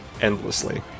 endlessly